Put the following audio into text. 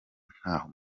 ntaho